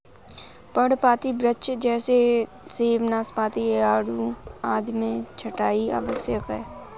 पर्णपाती वृक्ष जैसे सेब, नाशपाती, आड़ू आदि में छंटाई आवश्यक है